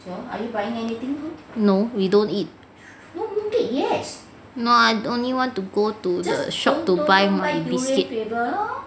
no we don't eat no I only want to go to the shop to buy my biscuit